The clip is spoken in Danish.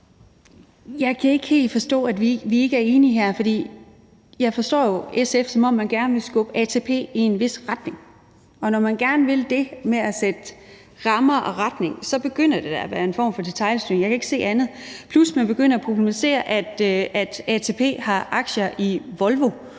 Jeg kan ikke helt forstå, at vi ikke er enige her, for jeg forstår jo SF, som at man gerne vil skubbe ATP i en vis retning. Og når man gerne vil det med at sætte rammer og retning, så begynder det da at være en form for detailstyring. Jeg kan ikke se andet, plus at man begynder at problematisere, at ATP har aktier i Volvo,